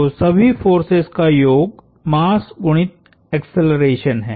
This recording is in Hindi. तो सभी फोर्सेस का योग मास गुणित एक्सेलरेशन है